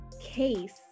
case